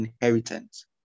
inheritance